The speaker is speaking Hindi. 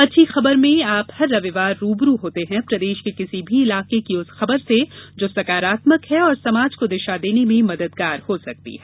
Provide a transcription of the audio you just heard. अच्छी खबरमें आप हर रविवार रूबरू होते हैं प्रदेश के किसी भी इलाके की उस खबर से जो सकारात्मक है और समाज को दिशा देने में मददगार हो सकती है